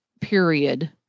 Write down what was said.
period